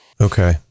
Okay